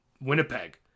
Winnipeg